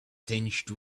tinged